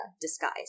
disguise